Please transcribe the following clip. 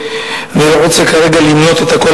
אני לא רוצה כרגע למנות את הכול,